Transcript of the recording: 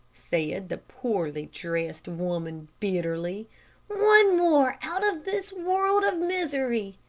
said the poorly-dressed woman, bitterly one more out of this world of misery.